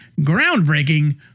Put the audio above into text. groundbreaking